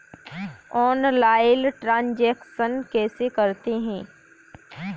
Online transaction कैसे करते हैं?